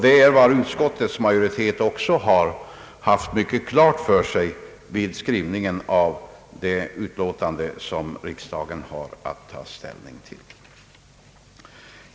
Det är vad utskottets majoritet också haft fullt klart för sig vid skrivningen av det utlåtande som riksdagen har att ta ställning till.